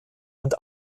und